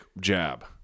jab